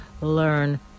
learn